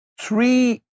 three